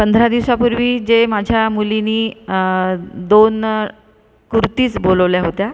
पंधरा दिवसांपूर्वी जे माझ्या मुलींनी दोन कुरतीज बोलवल्या होत्या